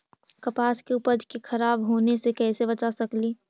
कपास के उपज के खराब होने से कैसे बचा सकेली?